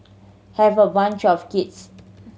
have a bunch of kids